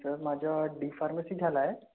sir माझं D pharmacy झालंय